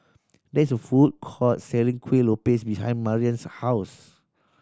there is a food court selling Kuih Lopes behind Marian's house